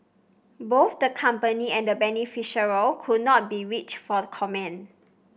both the company and the beneficiary could not be reached for comment